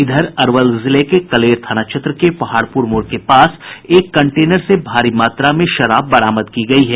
इधर अरवल जिले में कलेर थाना क्षेत्र के पहाड़पुर मोड़ के पास एक कंटेनर से भारी मात्रा में शराब बरामद की गई है